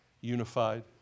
unified